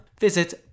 visit